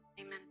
Amen